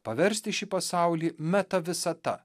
paversti šį pasaulį meta visata